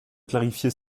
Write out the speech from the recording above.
clarifier